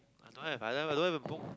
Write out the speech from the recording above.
I don't have I don't even I don't have a book